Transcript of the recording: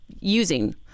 using